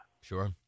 Sure